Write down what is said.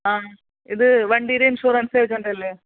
ആ ഇത് വണ്ടിയുടെ ഇൻഷുറൻസ് ഏജൻ്റ് അല്ലേ